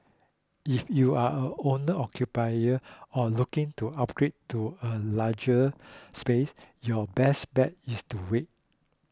if you are a owner occupier or looking to upgrade to a larger space your best bet is to wait